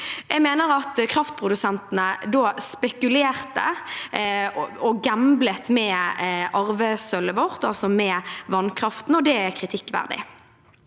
kraftprodusentene da spekulerte og gamblet med arvesølvet vårt, altså med vannkraften, og det er kritikkverdig.